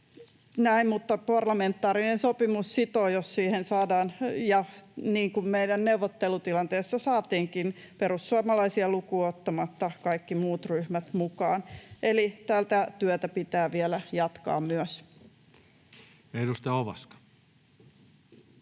Näin, mutta parlamentaarinen sopimus sitoo, jos siihen saadaan, ja niin kun meidän neuvottelutilanteessa saatiinkin perussuomalaisia lukuun ottamatta, kaikki muut ryhmät mukaan. [Toimi Kankaanniemi: Juuri näin!] Eli tätä työtä pitää vielä jatkaa myös. Ja edustaja Ovaska.